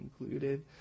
included